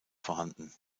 vorhanden